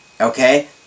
Okay